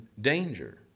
danger